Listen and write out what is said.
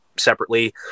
separately